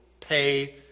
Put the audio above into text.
pay